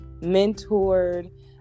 mentored